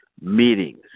meetings